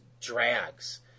drags